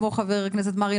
כמו חבר הכנסת מרעי,